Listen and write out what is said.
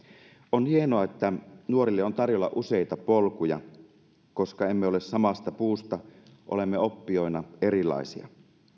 on hienoa että nuorille on tarjolla useita polkuja koska emme ole samasta puusta olemme oppijoina erilaisia